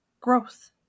growth